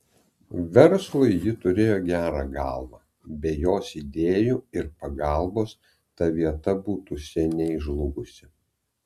verslui ji turėjo gerą galvą be jos idėjų ir pagalbos ta vieta būtų seniai žlugusi